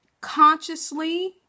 consciously